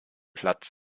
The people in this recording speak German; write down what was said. platz